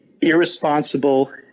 irresponsible